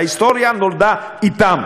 ההיסטוריה נולדה אתם.